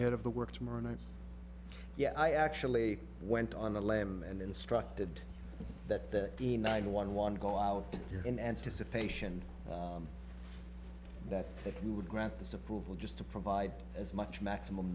ahead of the work tomorrow night yeah i actually went on the lam and instructed that the nine one one go out in anticipation that we would grant disapproval just to provide as much maximum